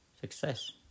success